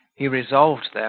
he resolved,